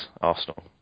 Arsenal